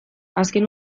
azken